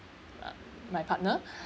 uh my partner